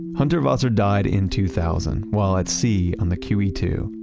hundertwasser died in two thousand while at sea on the q e two.